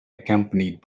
accompanied